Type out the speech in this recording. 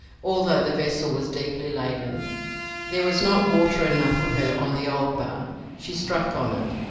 although the vessel was deeply laden there was not water enough for her on the old bar she struck on it,